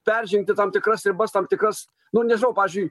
peržengti tam tikras ribas tam tikras nu nežinau pavyzdžiui